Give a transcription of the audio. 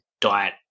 diet